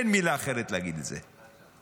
אין מילה אחרת להגיד את זה,